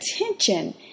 attention